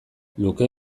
luke